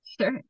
Sure